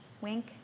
Wink